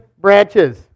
branches